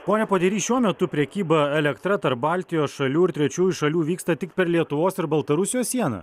pone podery šiuo metu prekyba elektra tarp baltijos šalių ir trečiųjų šalių vyksta tik per lietuvos ir baltarusijos sieną